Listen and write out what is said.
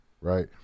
right